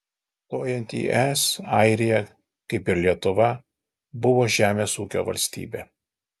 stojant į es airija kaip ir lietuva buvo žemės ūkio valstybė